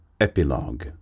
Epilogue